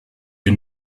you